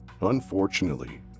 unfortunately